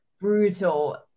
brutal